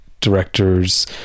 directors